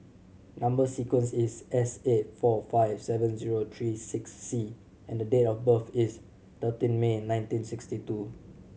number sequence is S eight four five seven zero three six C and the date of birth is thirteen May nineteen sixty two